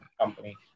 company